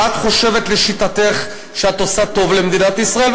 את חושבת לשיטתך שאת עושה טוב למדינת ישראל,